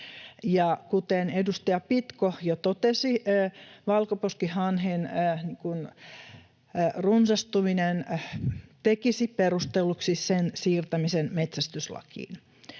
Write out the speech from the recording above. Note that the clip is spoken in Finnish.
Kuten edustaja Pitko jo totesi, valkoposkihanhen runsastuminen tekisi perustelluksi sen siirtämisen metsästyslakiin.